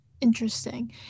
interesting